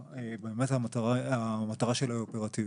המטרה של הוועדה שהוקמה היא אופרטיבית.